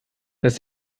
das